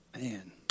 Man